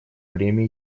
время